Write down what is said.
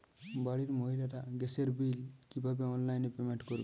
বাড়ির মহিলারা গ্যাসের বিল কি ভাবে অনলাইন পেমেন্ট করবে?